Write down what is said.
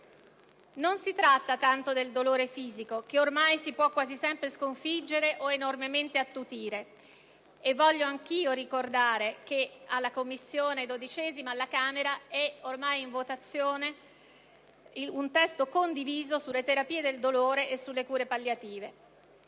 Non si tratta tanto del dolore fisico, che ormai si può quasi sempre sconfiggere o enormemente attutire (voglio anch'io ricordare che presso la XII Commissione della Camera dei deputati è ormai in votazione un testo condiviso sulle terapie del dolore e sulle cure palliative):